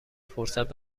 فرصت